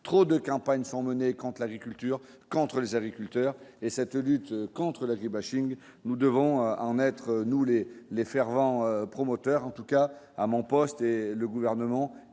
trop de campagne sont menées compte l'agriculture contre les agriculteurs et cette lutte contre la grippe bashing, nous devons en être, nous les les fervents promoteurs en tout cas à mon poste et le gouvernement